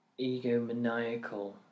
egomaniacal